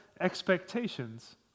expectations